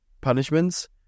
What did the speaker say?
punishments